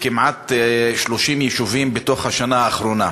בכמעט 30 יישובים בשנה האחרונה,